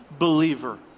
believer